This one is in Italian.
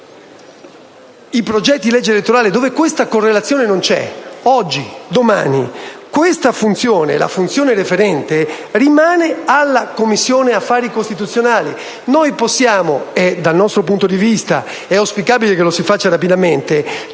i progetti di legge elettorale dove questa correlazione non c'è, oggi, domani, la funzione referente rimane alla Commissione affari costituzionali. Noi possiamo (e, dal nostro punto di vista, è auspicabile che lo si faccia rapidamente)